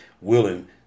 willing